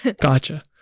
Gotcha